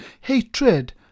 hatred